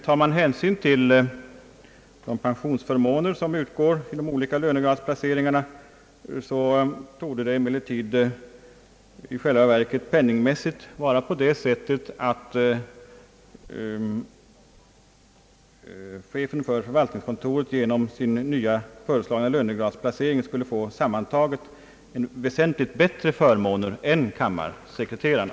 Tar man hänsyn till de pensionsförmåner, som utgår för de olika lönegradsplaceringarna, torde det i varje fall penningmässigt vara på det sättet att chefen för förvaltningskontoret genom sin föreslagna lönegradsplacering skulle få sammantaget väsentligt bättre förmåner än kammarsekreterarna.